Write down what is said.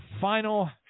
final